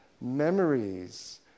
memories